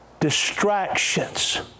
distractions